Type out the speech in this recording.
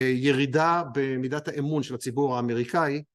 ירידה במידת האמון של הציבור האמריקאי.